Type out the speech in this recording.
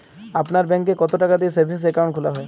আপনার ব্যাংকে কতো টাকা দিয়ে সেভিংস অ্যাকাউন্ট খোলা হয়?